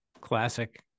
classic